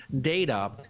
data